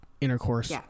intercourse